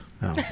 No